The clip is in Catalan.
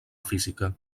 física